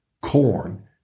corn